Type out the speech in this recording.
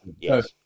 Yes